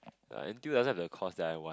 I until the course that I want